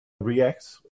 React